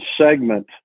segment